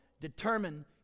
determine